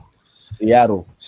Seattle